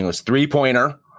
three-pointer